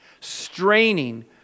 Straining